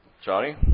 Johnny